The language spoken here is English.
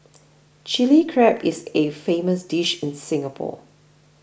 Chilli Crab is a famous dish in Singapore